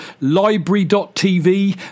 Library.TV